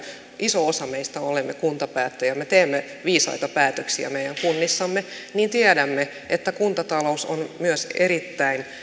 iso osa meistä on kuntapäättäjiä me teemme viisaita päätöksiä meidän kunnissamme niin tiedämme että kuntatalous on myös erittäin